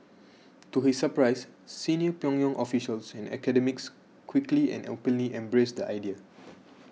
to his surprise senior Pyongyang officials and academics quickly and openly embraced the idea